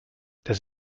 das